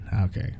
Okay